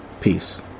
Peace